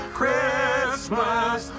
Christmas